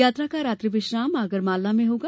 यात्रा का रात्रि विश्राम आगरमालवा में होगा